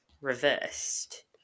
Reversed